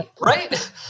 right